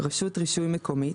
"רשות רישוי מקומית"